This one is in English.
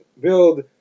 build